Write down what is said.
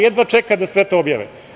Jedva čeka da sve to objave“